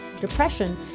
depression